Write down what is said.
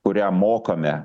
kurią mokame